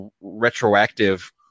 retroactive